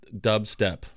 dubstep